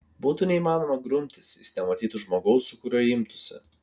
būtų neįmanoma grumtis jis nematytų žmogaus su kuriuo imtųsi